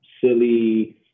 silly